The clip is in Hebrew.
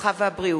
הרווחה והבריאות,